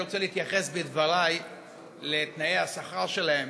אני רוצה להתייחס בדבריי לתנאי השכר שלהם.